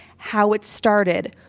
how it started,